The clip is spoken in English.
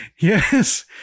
Yes